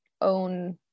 own